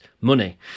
money